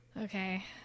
Okay